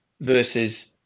versus